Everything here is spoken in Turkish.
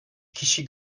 kişi